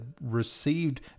received